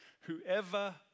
whoever